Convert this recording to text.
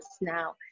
now